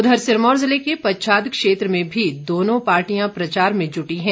उधर सिरमौर जिले के पच्छाद क्षेत्र में भी दोनों पार्टियां प्रचार में जुटी हैं